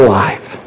life